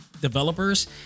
developers